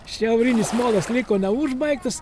šiaurinis molas liko neužbaigtas